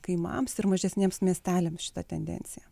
kaimams ir mažesniems miesteliams šita tendencija